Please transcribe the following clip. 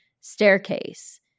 staircase